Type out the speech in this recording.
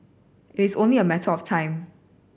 it's only a matter of time